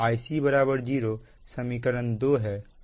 Ic 0 समीकरण 2 है